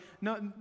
no